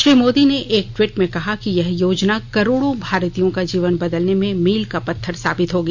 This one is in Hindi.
श्री मोदी ने एक ट्वीट में कहा कि यह योजना करोड़ों भारतीयों का जीवन बदलने में मील का पत्थर साबित होगी